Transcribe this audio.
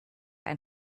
ein